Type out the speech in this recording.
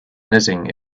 knitting